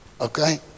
Okay